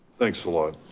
thanks a lot.